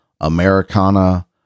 Americana